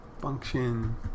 function